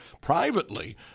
privately